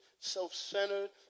self-centered